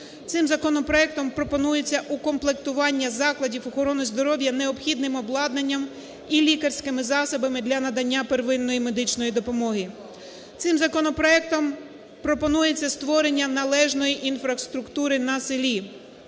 Цим законопроектом пропонується укомплектування закладів охорони здоров'я необхідним обладнанням і лікарськими засобами для надання первинної медичної допомоги. Цим законопроектом пропонується створення належної інфраструктури на селі.